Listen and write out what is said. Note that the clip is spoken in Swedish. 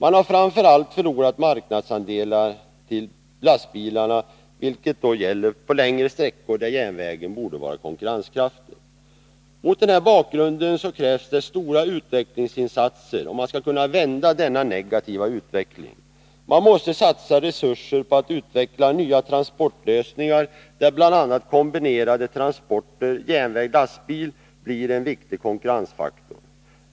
Man har framför allt förlorat marknadsandelar till lastbilarna, vilket också gäller på längre sträckor, där järnvägen borde vara konkurrenskraftig. Mot den här bakgrunden krävs stora utvecklingsinsatser, om man skall kunna vända denna negativa utveckling. Man måste satsa resurser på att utveckla nya transportlösningar, där bl.a. kombinerade transporter — järnväg-lastbil — blir en viktig konkurrensfaktor.